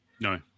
no